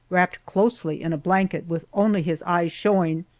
wrapped closely in a blanket, with only his eyes showing,